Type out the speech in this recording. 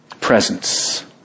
presence